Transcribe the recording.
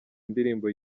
ndirimbo